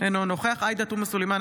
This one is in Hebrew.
אינו נוכח עאידה תומא סלימאן,